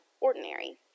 ordinary